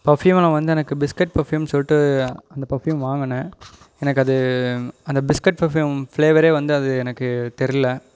பர்ஃப்யூமில் வந்து எனக்கு biscuit perfume சொல்லிட்டு அந்த பர்ஃப்யூம் வாங்குனன் எனக்கு அது அந்த பிஸ்கட் பர்ஃப்யூம் ஃப்ளேவரே வந்து அது எனக்கு தெரிலை